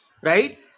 right